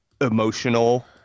emotional